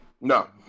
No